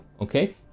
Okay